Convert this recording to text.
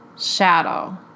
shadow